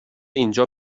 اینجا